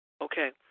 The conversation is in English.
Okay